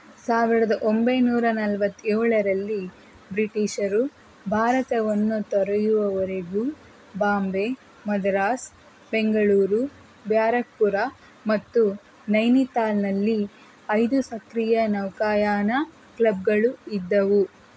ಸಾವಿರದ ಒಂಬೈನೂರ ನಲ್ವತ್ತೇಳರಲ್ಲಿ ಬ್ರಿಟೀಷರು ಭಾರತವನ್ನು ತೊರೆಯುವವರೆಗೂ ಬಾಂಬೆ ಮದ್ರಾಸ್ ಬೆಂಗಳೂರು ಬ್ಯಾರಕ್ಪುರ ಮತ್ತು ನೈನಿತಾಲ್ನಲ್ಲಿ ಐದು ಸಕ್ರಿಯ ನೌಕಾಯಾನ ಕ್ಲಬ್ಗಳು ಇದ್ದವು